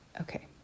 Okay